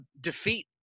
defeat